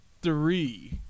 three